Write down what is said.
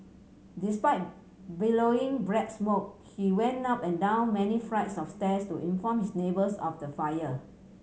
despite billowing black smoke he went up and down many flights of stairs to inform his neighbours of the fire